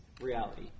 reality